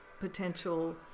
potential